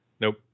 Nope